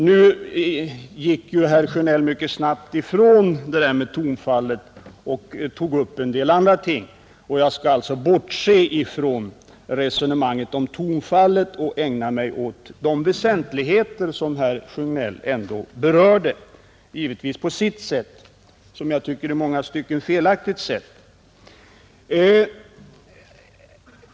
Nu gick herr Sjönell mycket snabbt ifrån det där talet om tonfallet och tog upp en del andra synpunkter. Jag skall alltså bortse från resonemanget om tonfallet och ägna mig åt de väsentligheter som herr Sjönell ändå berörde — givetvis på sitt sätt och som jag tycker på ett i många stycken felaktigt sätt.